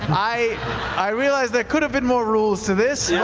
i i realize there could've been more rules to this. yeah